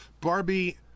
Barbie